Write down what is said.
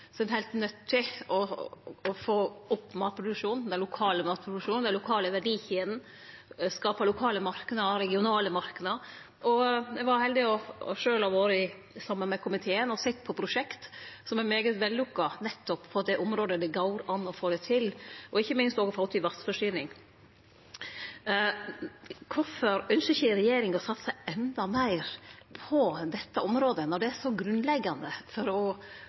så heldig sjølv å ha vore saman med komiteen og sett på prosjekt som er svært vellukka, nettopp på det området. Det går an å få det til, og ikkje minst òg å få til vassforsyning. Kvifor ønskjer ikkje regjeringa å satse endå meir på dette området når det er så grunnleggjande for å